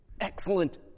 Excellent